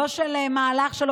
לא של מהלך קואליציה,